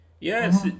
Yes